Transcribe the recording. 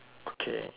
okay